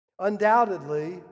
Undoubtedly